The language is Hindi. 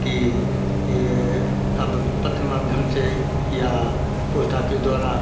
कि अब पत्र माध्यम से या पोस्ट ऑफिस द्वारा